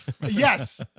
Yes